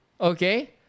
okay